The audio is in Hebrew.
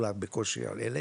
אולי בקושי על 1000